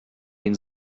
den